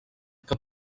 que